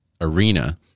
arena